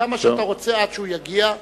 כמה שאתה רוצה עד שהוא יגיע.